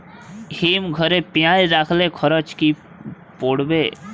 হিম ঘরে পেঁয়াজ রাখলে খরচ কি পড়বে?